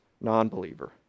non-believer